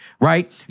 right